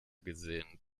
gesehen